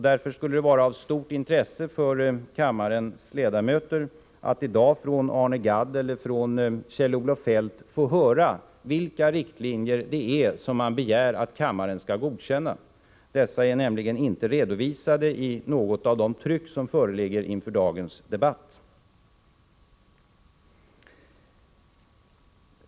Därför skulle det vara av stort intresse för kammarens ledamöter att i dag från Arne Gadd eller Kjell-Olof Feldt få höra vilka riktlinjer det är som man begär att kammaren skall godkänna. Dessa är nämligen inte redovisade i det tryck som föreligger inför dagens debatt.